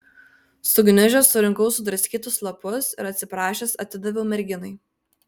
sugniužęs surinkau sudraskytus lapus ir atsiprašęs atidaviau merginai